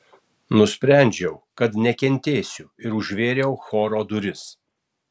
nusprendžiau kad nekentėsiu ir užvėriau choro duris